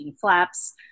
flaps